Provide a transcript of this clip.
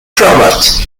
cravat